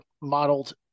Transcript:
modeled